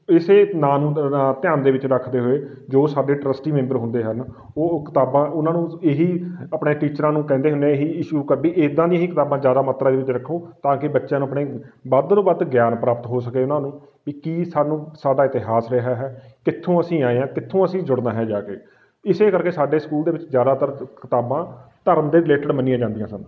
ਇਸੇ ਨਾਂ ਨੂੰ ਧਿਆਨ ਦੇ ਵਿੱਚ ਰੱਖਦੇ ਹੋਏ ਜੋ ਸਾਡੇ ਟਰੱਸਟੀ ਮੈਂਬਰ ਹੁੰਦੇ ਹਨ ਉਹ ਕਿਤਾਬਾਂ ਉਹਨਾਂ ਨੂੰ ਇਹੀ ਆਪਣੇ ਟੀਚਰਾਂ ਨੂੰ ਕਹਿੰਦੇ ਹੁੰਦੇ ਇਹੀ ਈਸ਼ੂ ਕਰ ਵੀ ਇੱਦਾਂ ਦੀਆਂ ਹੀ ਕਿਤਾਬਾਂ ਜ਼ਿਆਦਾ ਮਾਤਰਾ ਦੇ ਵਿੱਚ ਰੱਖੋ ਤਾਂ ਕਿ ਬੱਚਿਆਂ ਨੂੰ ਆਪਣੇ ਵੱਧ ਤੋਂ ਵੱਧ ਗਿਆਨ ਪ੍ਰਾਪਤ ਹੋ ਸਕੇ ਉਹਨਾਂ ਨੂੰ ਵੀ ਕੀ ਸਾਨੂੰ ਸਾਡਾ ਇਤਿਹਾਸ ਰਿਹਾ ਹੈ ਕਿੱਥੋਂ ਅਸੀਂ ਆਏ ਹਾਂ ਕਿੱਥੋਂ ਅਸੀਂ ਜੁੜਨਾ ਹੈ ਜਾ ਕੇ ਇਸੇ ਕਰਕੇ ਸਾਡੇ ਸਕੂਲ ਦੇ ਵਿੱਚ ਜ਼ਿਆਦਾਤਰ ਕਿਤਾਬਾਂ ਧਰਮ ਦੇ ਰਿਲੇਟਡ ਮੰਨੀਆਂ ਜਾਂਦੀਆਂ ਸਨ